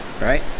right